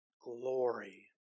glory